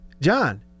John